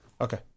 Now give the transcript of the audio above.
okay